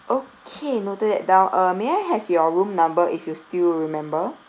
okay noted that down uh may I have your room number if you still remember